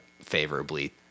favorably